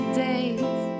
days